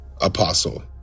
apostle